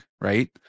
right